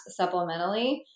supplementally